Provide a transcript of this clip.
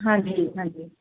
ਹਾਂਜੀ ਹਾਂਜੀ